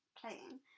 playing